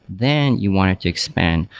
then you want it to expand.